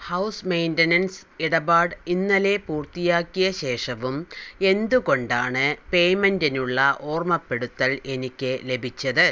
house maintenance ഇടപാട് ഇന്നലെ പൂർത്തിയാക്കിയ ശേഷവും എന്തുകൊണ്ടാണ് പേയ്മെൻറ്റിനുള്ള ഓർമ്മപ്പെടുത്തൽ എനിക്ക് ലഭിച്ചത്